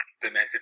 demented